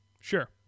Sure